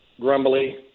grumbly